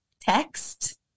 text